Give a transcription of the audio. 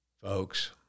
Folks